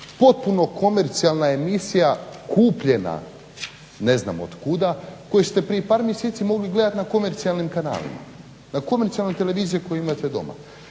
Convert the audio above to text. potpuno komercijalna emisija kupljena ne znam od kuda koju ste prije par mjeseci mogli gledat na komercijalnim kanalima, na komercijalnoj televiziji koje imate doma.